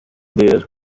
there